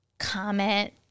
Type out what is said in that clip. comment